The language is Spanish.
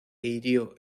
hirió